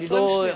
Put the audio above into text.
20 שניות.